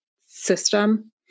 system